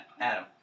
Adam